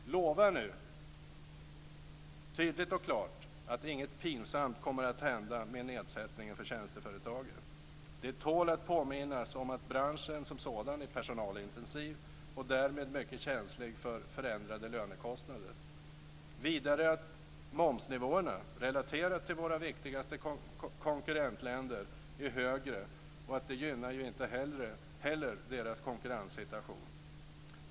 Lova nu tydligt och klart att inget pinsamt kommer att hända med nedsättning av socialavgifter för tjänsteföretag! Det tål att påminna om att branschen som sådan är personalintensiv och därmed mycket känslig för förändrade lönekostnader. Vidare är momsnivåerna, relaterade till våra viktigaste konkurrentländer, mycket högre, och det gynnar inte heller deras konkurrenssituation.